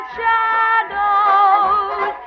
shadows